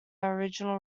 original